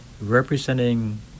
representing